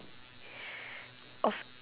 of